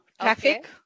Traffic